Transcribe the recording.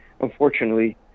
Unfortunately